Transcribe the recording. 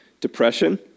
depression